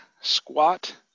squat